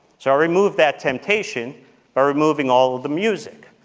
so i removed that temptation by removing all of the music.